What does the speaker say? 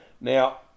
Now